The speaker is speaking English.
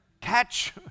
catch